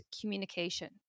communication